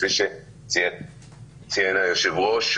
וכפי שציין היושב-ראש,